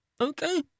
Okay